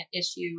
issue